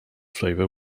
flavor